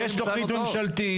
יש תוכנית ממשלתית.